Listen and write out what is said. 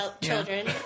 Children